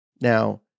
Now